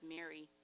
Mary